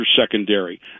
secondary